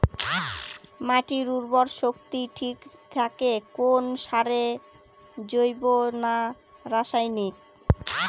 মাটির উর্বর শক্তি ঠিক থাকে কোন সারে জৈব না রাসায়নিক?